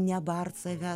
ne barti save